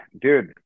dude